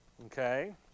Okay